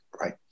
Right